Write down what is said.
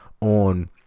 on